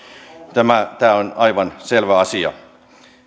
tämä tämä on aivan selvä asia